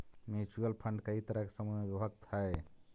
mutual fund कई तरह के समूह में विभक्त हई